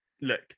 look